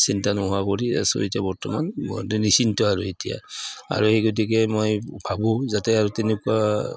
চিন্তা নোহোৱা কৰি আছোঁ এতিয়া বৰ্তমান নিশ্চিন্ত আৰু এতিয়া আৰু সেই গতিকে মই ভাবোঁ যাতে আৰু তেনেকুৱা